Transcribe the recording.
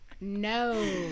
No